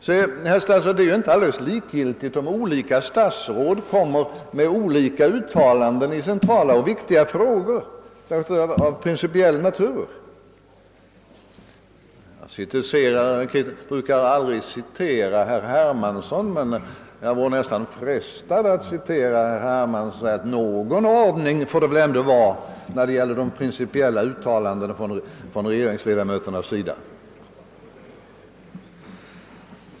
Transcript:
Det är nämligen inte likgiltigt, om olika statsråd gör olika uttalanden i centrala viktiga frågor av principiell natur. Jag brukar inte citera herr Hermansson, men jag är nästan frestad att göra det. Låt mig säga, att någon ordning får det väl ändå vara på de principiella uttalandena av regeringsledamöter!